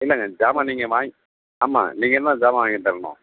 இல்லைங்க ஜாமான் நீங்கள் வாங் ஆமாம் நீங்கள் தான் ஜாமான் வாங்கித் தரணும்